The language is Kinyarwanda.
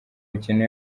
mikino